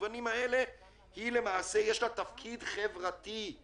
במובנים האלה יש לה למעשה תפקיד חברתי שהוא